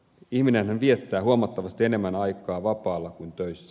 ihminenhän viettää huomattavasti enemmän aikaa vapaalla kuin töissä